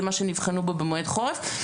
זה מה שנבחנו בו במועד חורף.